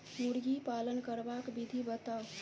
मुर्गी पालन करबाक विधि बताऊ?